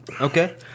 Okay